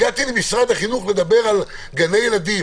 הגעתי למשרד החינוך כדי לדבר על גני ילדים,